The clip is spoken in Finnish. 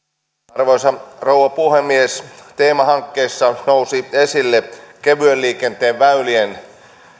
arvoisa rouva puhemies teemahankkeessa nousi esille kevyen liikenteen väylien